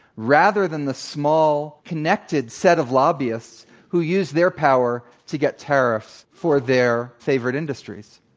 rather than the small connected set of lobbyists who use their power to get tariffs for their favorite industries.